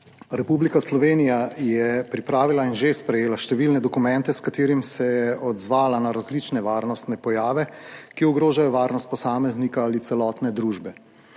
Republika Slovenija je pripravila in že sprejela številne dokumente, s katerimi se je odzvala na različne varnostne pojave, ki ogrožajo varnost posameznika ali celotne družbe.